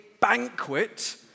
banquet